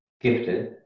gifted